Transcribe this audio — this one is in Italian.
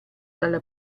dalla